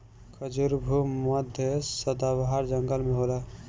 खजूर भू मध्य सदाबाहर जंगल में होला